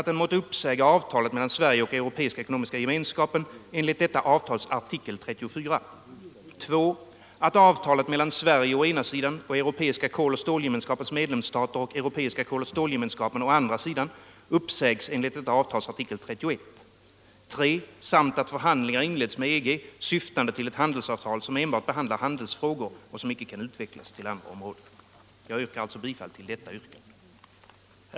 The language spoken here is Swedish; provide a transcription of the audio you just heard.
Det lyder: 2. att avtalet mellan Sverige å ena sidan och Europeiska koloch stålgemenskapens medlemsstater och Europeiska koloch stålgemenskapen å andra sidan uppsägs enligt detta avtals artikel 31; 3. samt att förhandlingar inleds med EG syftande till ett handelsavtal som enbart behandlar handelsfrågor och som icke kan utvecklas till andra områden. Jag yrkar alltså bifall till detta yrkande.